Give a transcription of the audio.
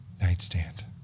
nightstand